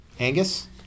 Angus